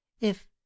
If